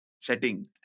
setting